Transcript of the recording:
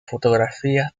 fotografías